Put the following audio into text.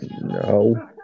No